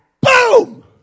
boom